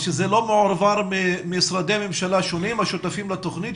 זה לא מועבר בין משרדי הממשלה השונים השותפים לתוכנית?